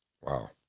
Wow